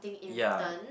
ya